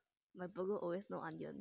my burger always no onion